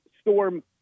Storm